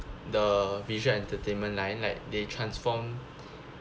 the visual entertainment line like they transform